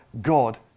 God